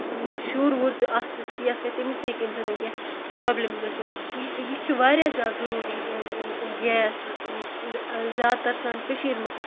شُر وُر تہِ اَتھ سۭتۍ سِیتھ کرِ تٔمِس تہِ ہیٚکہِ اَمہِ سۭتۍ کیٚنٛہہ پرابلِم گٔژِتھ یہِ چھُ واریاہ زیادٕ ضروٗری گیس زیادٕ تر سٲنہِ کٔشیٖر منٛز